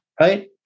right